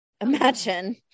Imagine